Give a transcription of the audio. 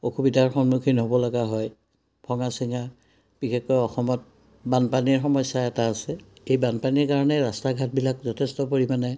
অসুবিধাৰ সন্মুখীন হ'ব লগা হয় ভঙা চিঙা বিশেষকৈ অসমত বানপানীৰ সমস্যা এটা আছে এই বানপানীৰ কাৰণে ৰাস্তা ঘাটবিলাক যথেষ্ট পৰিমাণে